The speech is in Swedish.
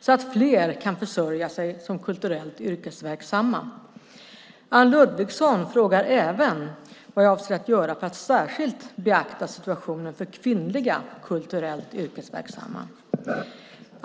så att fler kan försörja sig som kulturellt yrkesverksamma. Anne Ludvigsson frågar även vad jag avser att göra för att särskilt beakta situationen för kvinnliga kulturellt yrkesverksamma.